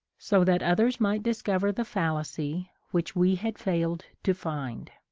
so that others might discover the fallacy which we had failed to find.